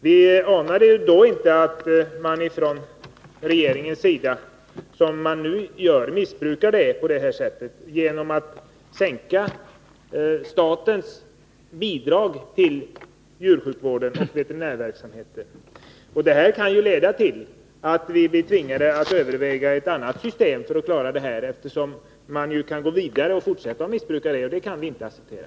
Vi anade då inte heller att regeringen skulle missbruka den på detta sätt genom att sänka statsbidraget till djursjukvården och veterinärverksamheten. Det kan leda till att vi blir tvingade överväga ett annat system, eftersom regeringen kan fortsätta att missbruka det nuvarande systemet. Det kan vi inte acceptera.